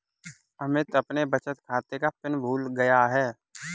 अमित अपने बचत खाते का पिन भूल गया है